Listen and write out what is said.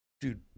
dude-